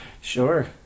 Sure